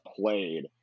played